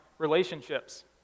relationships